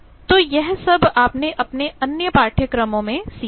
तो ये सब आपने अपने अन्य पाठ्यक्रमों में सीखा है